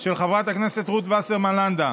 של חברת הכנסת רות וסרמן לנדה.